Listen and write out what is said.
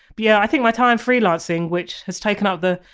but yeah i think my time freelancing which has taken up the.